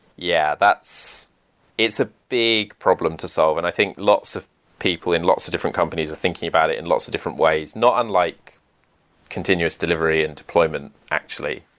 yeah, it's a big problem to solve and i think lots of people in lots of different companies are thinking about it in lots of different ways, not unlike continuous delivery and deployment actually.